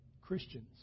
Christians